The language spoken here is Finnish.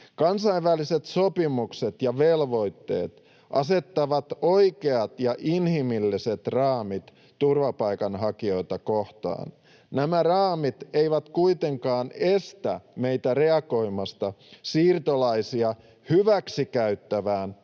Kansainväliset sopimukset ja velvoitteet asettavat oikeat ja inhimilliset raamit turvapaikanhakijoita kohtaan. Nämä raamit eivät kuitenkaan estä meitä reagoimasta siirtolaisia hyväksikäyttävään hybridivaikuttamiseen.